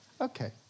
Okay